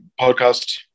podcast